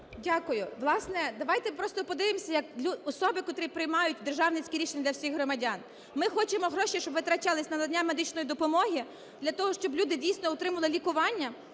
Власне, давайте просто подивимося, як особи, котрі приймають державницькі рішення для всіх громадян. Ми хочемо, гроші щоб витрачались на надання медичної допомоги, для того, щоб люди дійсно отримували лікування